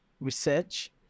research